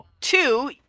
Two